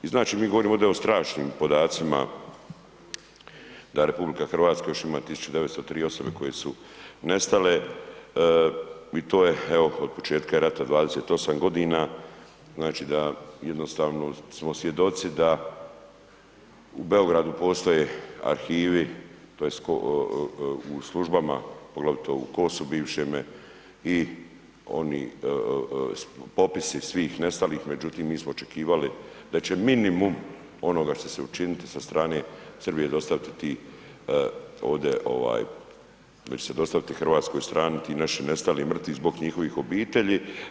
I znači mi govorimo ovdje o strašnim podacima, da RH još ima 193 osobe koje su nestale i to je, evo, od početka rata, 28 godina, znači da jednostavno smo svjedoci da u Beogradu postoje arhivi koje u službama, poglavito u KOS-u bivšem i oni popisi svih nestalih, međutim mi smo očekivali da će minimum onoga što će se učiniti sa strane, Srbija dostaviti ti ovdje, da će se dostaviti hrvatskoj strani ti naši nestali i mrtvi zbog njihovih obitelji.